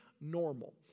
normal